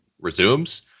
resumes